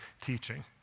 teaching